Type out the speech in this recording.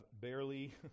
barely